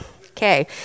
okay